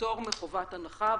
פטור מחובת הנחה.